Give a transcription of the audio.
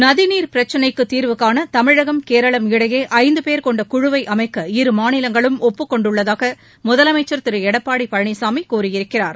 நதிநீர் பிரச்சினைக்கு தீர்வுகாண தமிழகம் கேரளம் இடையே ஐந்து பேர் கொண்ட குழுவை அமைக்க இரு மாநிலங்களும் ஒப்புக்கொண்டுள்ளதாக முதலமைச்சர் திரு எடப்பாடி பழனிசாமி கூறியிருக்கிறார்